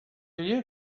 you